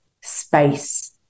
space